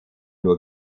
nur